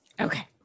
Okay